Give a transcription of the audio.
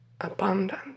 abundant